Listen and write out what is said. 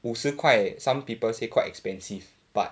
五十块 some people say quite expensive but